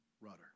rudder